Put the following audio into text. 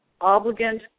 obligant